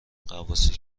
غواصی